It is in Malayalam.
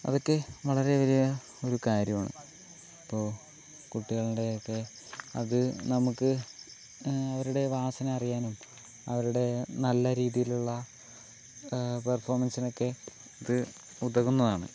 അതൊക്കെ വളരെ വലിയ ഒരു കാര്യമാണ് ഇപ്പോൾ കുട്ടികളുടെ ഒക്കെ അത് നമുക്കു അവരുടെ വാസന അറിയാനും അവരുടെ നല്ല രീതിയിലുള്ള പെർഫോമൻസിനൊക്കെ ഇത് ഉതകുന്നതാണ്